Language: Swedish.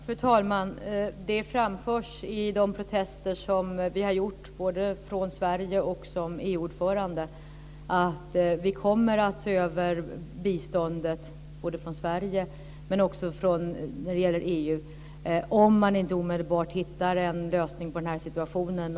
Fru talman! Det framförs i de protester som har gjorts både från Sverige och från Sverige som EU ordförande att vi kommer att se över biståndet från Sverige och även från EU om man inte omedelbart hittar en lösning på situationen.